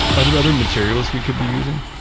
are there other materials we could be using?